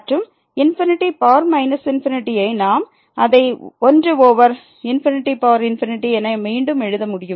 மற்றும் ∞ ஐ நாம் அதை 1 ஓவர் என மீண்டும் எழுத முடியும்